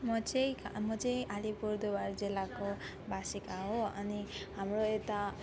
म चाहिँ म चाहिँ अलिपुरद्वार जिल्लाको वासिका हो अनि हाम्रो यता